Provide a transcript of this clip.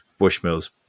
Bushmills